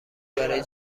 برای